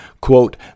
quote